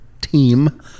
team